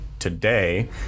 Today